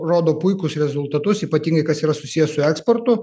rodo puikūs rezultatus ypatingai kas yra susiję su eksportu